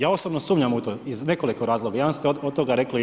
Ja osobno sumnjam iz nekoliko razloga, jedan ste od toga rekli i vi.